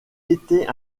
été